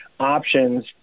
options